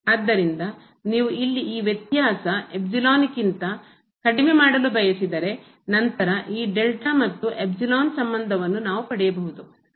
ಆದ್ದರಿಂದ ನೀವು ಇಲ್ಲಿ ಈ ವ್ಯತ್ಯಾಸ ಕಿಂತ ಕಡಿಮೆ ಮಾಡಲು ಬಯಸಿದರೆ ನಂತರಈ ಮತ್ತು ಸಂಬಂಧವನ್ನು ನಾವು ಪಡೆಯಬಹುದು